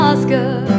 Oscar